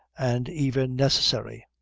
and even necessary.